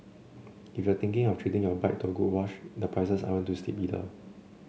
if you're thinking of treating your bike to a good wash the prices aren't too steep either